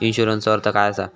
इन्शुरन्सचो अर्थ काय असा?